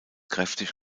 kräftig